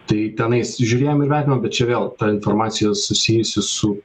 tai tenais žiūrėjom ir įvertinom bet čia vėl ta informacija susijusi su